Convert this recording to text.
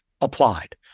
applied